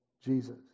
Jesus